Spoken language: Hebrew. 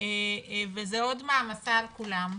וזה עוד מעמסה על כולם,